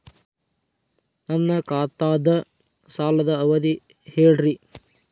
ನನ್ನ ಖಾತಾದ್ದ ಸಾಲದ್ ಅವಧಿ ಹೇಳ್ರಿ